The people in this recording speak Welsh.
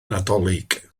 nadolig